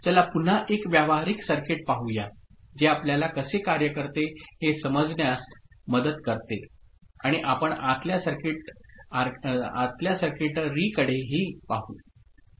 चला पुन्हा एक व्यावहारिक सर्किट पाहूया जे आपल्याला कसे कार्य करते हे समजण्यास मदत करते आणि आपण आतल्या सर्किटरीकडेही पाहू